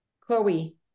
Chloe